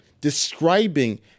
describing